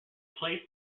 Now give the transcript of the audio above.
played